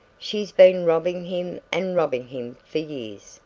she's been robbing him and robbing him for years,